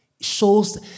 shows